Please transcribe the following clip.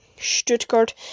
Stuttgart